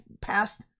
past